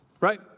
right